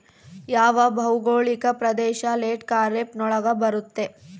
ಯಾವ ಭೌಗೋಳಿಕ ಪ್ರದೇಶ ಲೇಟ್ ಖಾರೇಫ್ ನೊಳಗ ಬರುತ್ತೆ?